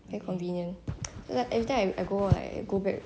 quite convenient like everytime I go like I go back